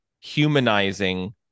humanizing